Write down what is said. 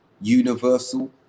universal